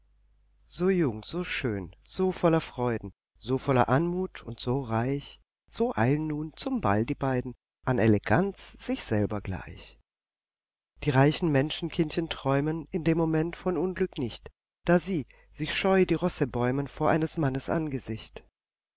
so jung so schön so voller freuden so voller anmut und so reich so eilen nun zum ball die beiden an eleganz sich selber gleich die reichen menschenkindchen träumen in dem moment von unglück nicht da sieh sich scheu die rosse bäumen vor eines mannes angesicht